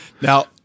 now